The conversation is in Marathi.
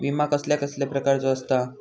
विमा कसल्या कसल्या प्रकारचो असता?